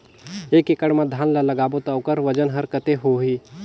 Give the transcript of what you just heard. एक एकड़ मा धान ला लगाबो ता ओकर वजन हर कते होही?